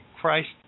Christ